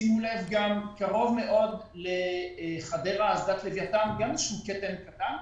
שימו לב גם קרוב מאוד לחדרה, גם כתם קטן.